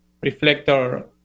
reflector